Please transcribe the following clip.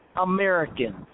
Americans